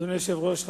אדוני היושב-ראש,